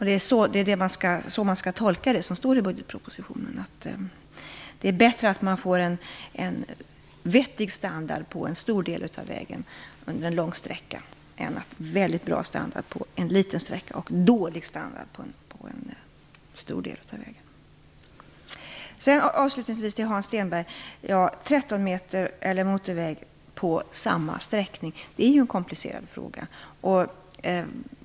Det som står i budgetpropositionen skall tolkas så, att det är bättre att man får en vettig standard på en stor del av vägen under en lång sträcka än att man får en väldigt bra standard på en liten sträcka och dålig standard på en stor del av vägen. Avslutningsvis vill jag säga till Hans Stenberg att 13-metersväg eller motorväg på samma sträckning är en komplicerad fråga.